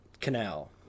Canal